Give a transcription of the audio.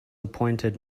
appointed